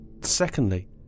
Secondly